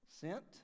Sent